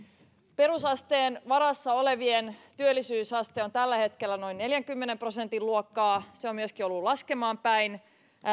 perusasteen varassa olevien työllisyysaste on tällä hetkellä noin neljänkymmenen prosentin luokkaa se on myöskin ollut laskemaan päin